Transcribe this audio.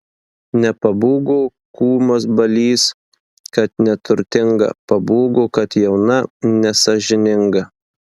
nepabūgo kūmas balys kad neturtinga pabūgo kad jauna nesąžininga